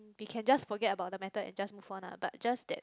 we can just forget about the matter and just move on ah but just that